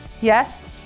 Yes